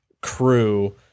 crew